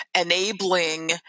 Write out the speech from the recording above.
enabling